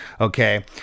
okay